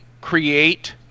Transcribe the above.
create